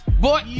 Boy